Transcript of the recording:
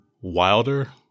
Wilder